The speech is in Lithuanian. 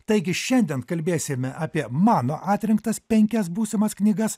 taigi šiandien kalbėsime apie mano atrinktas penkias būsimas knygas